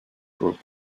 group